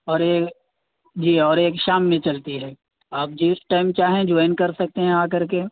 اور ایک جی اور ایک شام میں چلتی ہے آپ جس ٹائم چاہیں جوائن کر سکتے ہیں آ کر کے